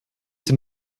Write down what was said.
den